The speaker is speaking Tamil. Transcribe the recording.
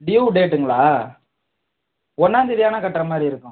ட்யூ டேட்டுங்களா ஒன்றாந்தேதியானா கட்டுற மாதிரி இருக்கும்